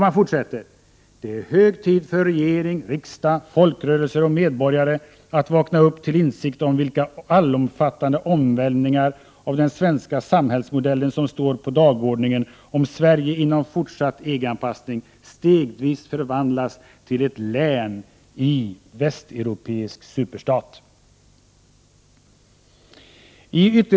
Man fortsätter längre fram: ”Det är hög tid för regering, riksdag, folkrörelser och medborgare att vakna upp till insikt om vilka allomfattande omvälvningar av den svenska samhällsmodellen som står på dagordningen om Sverige genom fortsatt EG-anpassning stegvis förvandlas till ett län i en västeuropeisk superstat”.